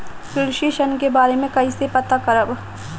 कृषि ऋण के बारे मे कइसे पता करब?